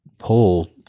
pull